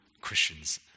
Christians